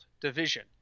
division